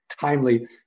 timely